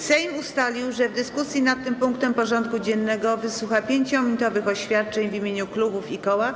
Sejm ustalił, że w dyskusji nad tym punktem porządku dziennego wysłucha 5-minutowych oświadczeń w imieniu klubów i koła.